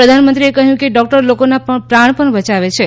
પ્રધાનમંત્રીએ કહયું કે ડોકટર લોકોના પ્રાણ બચાવે છે